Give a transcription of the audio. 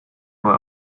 uhr